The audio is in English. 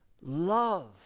Love